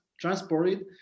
transported